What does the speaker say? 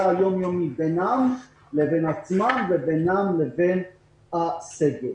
היום יומי בינם לבין עצמם ובינם לבין הסגל.